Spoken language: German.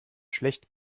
schlecht